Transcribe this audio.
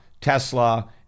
Tesla